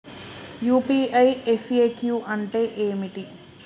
UPI FAQ అంటే ఏమిటి?